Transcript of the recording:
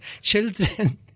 children